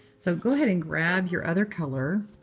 so go ahead and grab your other color.